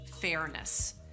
fairness